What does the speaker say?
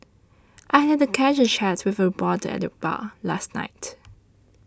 I had a casual chat with a reporter at the bar last night